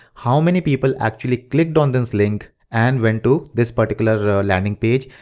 how many people actually click on this link, and went to this particular ah landing page,